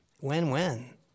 win-win